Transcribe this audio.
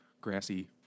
grassy